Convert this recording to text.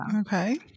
Okay